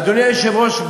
אדוני היושב-ראש,